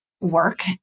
work